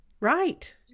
right